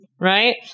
right